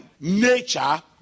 Nature